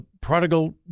prodigal